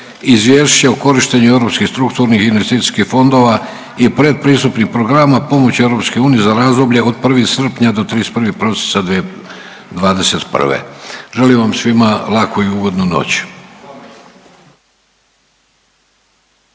Izvješće o korištenju Europskih strukturnih i investicijskih fondova i pretpristupnih programa pomoći EU za razdoblje od 1. srpnja do 31. prosinca 2021.. Želim vam svima laku i ugodnu noć.